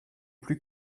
plus